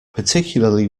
particularly